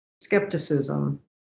skepticism